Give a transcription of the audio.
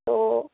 তো